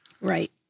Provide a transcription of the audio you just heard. Right